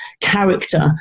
character